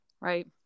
right